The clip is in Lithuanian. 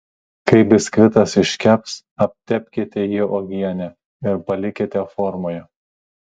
kai biskvitas iškeps aptepkite jį uogiene ir palikite formoje